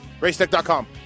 Racetech.com